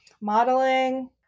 modeling